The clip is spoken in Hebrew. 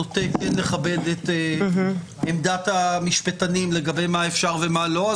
אני נוטה לכבד את עמדת המשפטנים לגבי מה אפשר ומה לא אפשר.